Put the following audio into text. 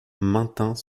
maintint